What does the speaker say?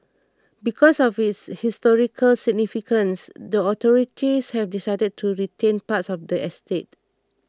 because of its historical significance the authorities have decided to retain parts of the estate